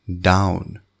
down